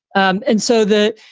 and so that,